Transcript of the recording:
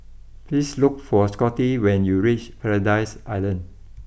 please look for Scotty when you reach Paradise Island